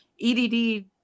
EDD